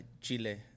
Chile